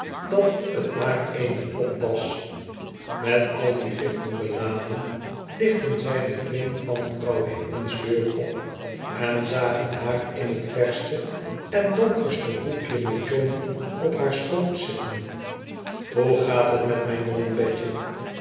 dat het maar eene pop was met al die giften beladen lichtten zij de klink van vrouw higden's deur op en zagen haar in het verste en donkerste hoekje met johnny op haar schoot zitten hoe gaat het met mijn jongen betje